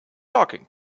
talking